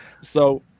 So-